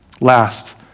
Last